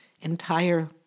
entire